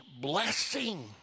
blessing